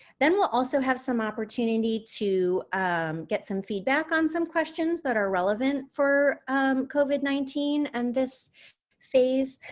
then we'll also have some opportunity to get some feedback on some questions that are relevant for covid nineteen and this phase.